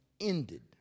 ended